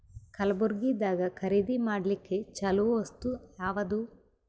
ಕಲಬುರ್ಗಿದಾಗ ಖರೀದಿ ಮಾಡ್ಲಿಕ್ಕಿ ಚಲೋ ವಸ್ತು ಯಾವಾದು?